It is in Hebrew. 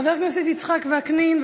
חבר הכנסת יצחק וקנין,